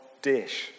dish